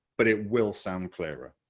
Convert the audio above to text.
but it will sound clearer.